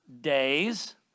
days